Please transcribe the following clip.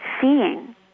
seeing